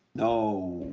no.